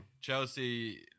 Chelsea